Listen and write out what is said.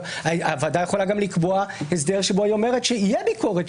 הוועדה יכולה גם לקבוע הסדר שבו היא אומרת שתהיה ביקורת,